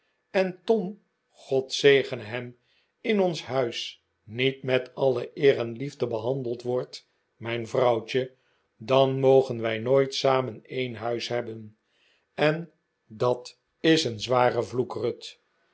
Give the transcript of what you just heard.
en tom r god zegene hem in onsihuis niet met alle eer en liefde behandeld wordt mijn vrouwtje dan mogen wij nooit samen een huis hebben eh dat is een zware vloek ruth